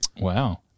Wow